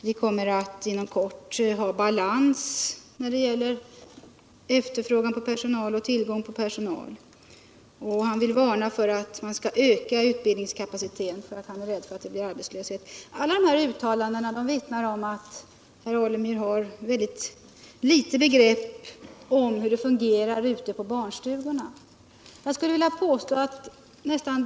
Vi kommer inom kort att ha balans mellan tillgång och efterfrågan på personal. Han vill varna för att öka utbildningskapaciteten: han är rädd för att det blir arbetslöshet. Alla dessa uttalanden vittnar om att herr Alemyr har mycket litet begrepp om hur det fungerar ute på barnstugorna.